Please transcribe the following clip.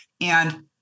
And-